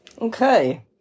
okay